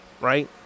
right